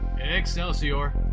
Excelsior